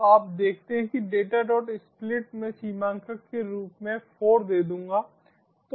तोआप देखते हैं datasplit मैं सीमांकक के रूप में 4 दे दूँगा